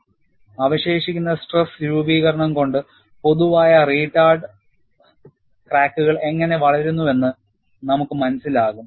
Residual stress രൂപീകരണം കൊണ്ട് പൊതുവായ റിട്ടാർഡ് ക്രാക്കുകൾ എങ്ങനെ വളരുന്നുവെന്ന് നമ്മൾക്കു മനസ്സിലാകും